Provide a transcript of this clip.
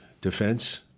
defense